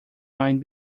mind